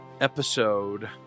episode